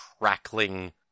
crackling